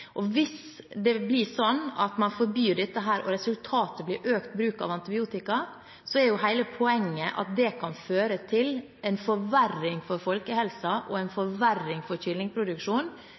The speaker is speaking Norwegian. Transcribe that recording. Hvis det blir slik at man forbyr dette, og resultatet blir økt bruk av antibiotika, er hele poenget at det kan føre til en forverring for folkehelsen og en forverring for